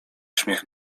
śmiech